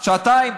שעתיים?